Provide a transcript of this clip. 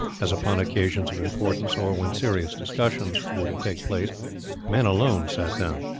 as upon occasions of importance or when serious discussions were to take place men alone sat down.